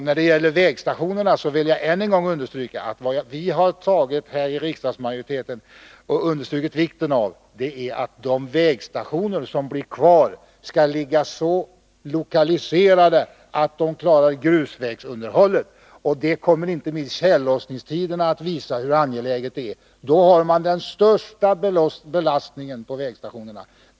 När det gäller vägstationerna vill jag än en gång framhålla att vad vi inom riksdagsmajoriteten understrukit vikten av är att de vägstationer som blir kvar skall ligga så lokaliserade att de klarar grusvägsunderhållet. Inte minst under tjällossningstiden kommer det att visa sig hur angeläget det är. Då har man den största belastningen på vägstationerna.